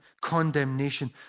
condemnation